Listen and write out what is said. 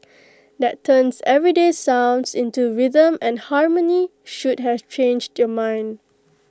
that turns everyday sounds into rhythm and harmony should have changed your mind